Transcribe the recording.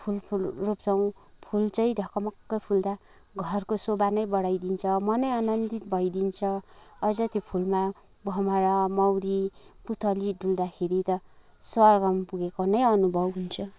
फुल फुल रोप्छौँ फुल चाहिँ ढकमक्क फुल्दा घरको शोभा नै बढाइदिन्छ मनै आनन्दित भइदिन्छ अझ त्यो फुलमा भमरा मौरी पुतली डुल्दाखेरि त स्वर्गमा पुगेको नै अनुभव हुन्छ